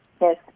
Yes